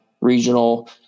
regional